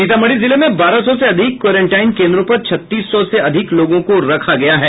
सीतामढ़ी जिले में बारह सौ से अधिक क्वेरेंटाइन केन्द्रों पर छत्तीस सौ से अधिक लोगों को रखा गया है